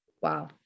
wow